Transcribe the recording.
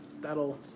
That'll